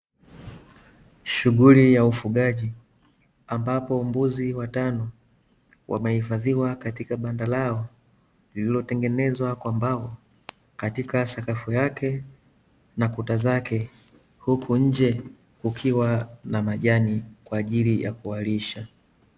Shughuli ya ufugaji, ambapo mbuzi watano, wamehifadhiwa katika banda lao, lililotengenezwa kwa mbao, katika sakafu yake, na kuta zake , huku nje kukiwa na majani , kwaajili ya kuwalisha.